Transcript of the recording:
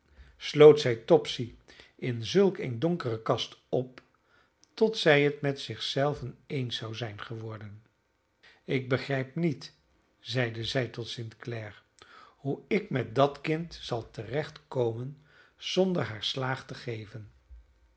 sloot zij topsy in zulk een donkere kast op tot zij het met zich zelve eens zou zijn geworden ik begrijp niet zeide zij tot st clare hoe ik met dat kind zal te recht komen zonder haar slaag te geven